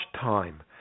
time